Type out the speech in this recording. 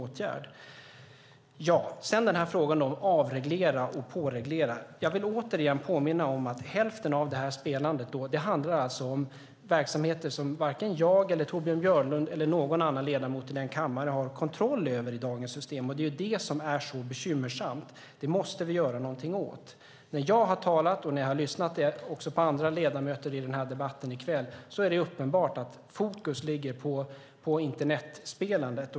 När det sedan gäller frågan om att avreglera och påreglera vill jag återigen påminna om att hälften av spelandet handlar om verksamheter som varken jag, Torbjörn Björlund eller någon annan ledamot i denna kammare har kontroll över i dagens system. Det är det bekymmersamma, och det måste vi göra någonting åt. När jag lyssnat på andra ledamöter i debatten i kväll är det uppenbart att fokus ligger på internetspelandet.